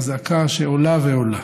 זו אזעקה שעולה ועולה.